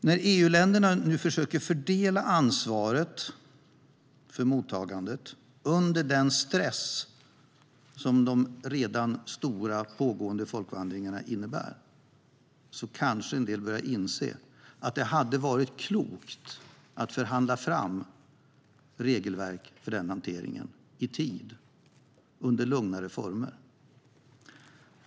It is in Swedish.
När EU-länderna nu försöker fördela ansvaret för mottagandet under den stress som de redan pågående stora folkvandringarna innebär kanske en del börjar inse att det hade varit klokt att förhandla fram regelverk för den hanteringen i tid, under lugnare former.